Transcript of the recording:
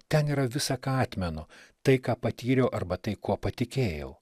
ten yra visa ką atmenu tai ką patyriau arba tai kuo patikėjau